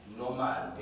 normal